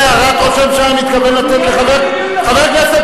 חבר הכנסת